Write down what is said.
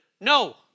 No